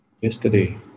yesterday